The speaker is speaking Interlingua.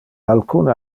alcun